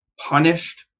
punished